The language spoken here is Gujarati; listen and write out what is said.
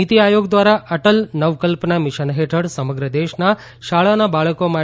નીતિ આયોગ દ્વારા અટલ નવકલ્પના મિશન હેઠળ સમગ્ર દેશના શાળાના બાળકો માટે